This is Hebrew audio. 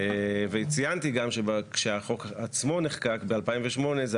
ציינתי גם שכשהחוק עצמו נחקק ב-2008 זה